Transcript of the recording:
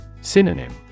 Synonym